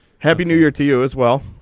happy new year to you as well.